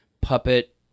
puppet